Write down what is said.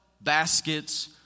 baskets